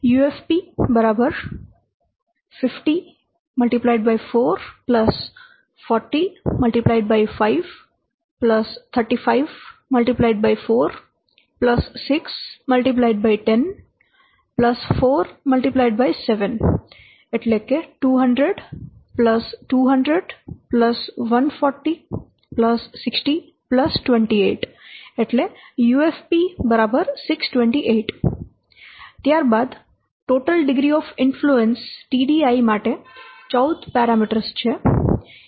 UFP 50 4 40 5 35 4 6 10 4 7 200 200 140 60 28 628 ત્યારબાદ total degree of influence માટે 14 parameters છે